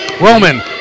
Roman